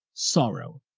sorrow.